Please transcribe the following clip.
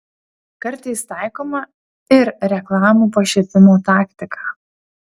kartais taikoma ir reklamų pašiepimo taktika